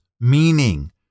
meaning